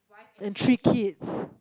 and three kids